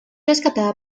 rescatada